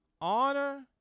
honor